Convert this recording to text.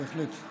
בהחלט.